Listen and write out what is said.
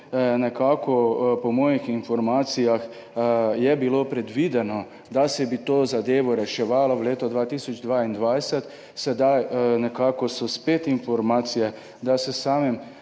nekako po mojih informacijah je bilo predvideno, da se bi to zadevo reševalo v letu 2022. Sedaj so nekako spet informacije, da s samim